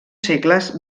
segles